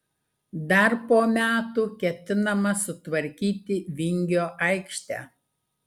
dar po metų ketinama sutvarkyti vingio aikštę